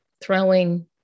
throwing